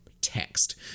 text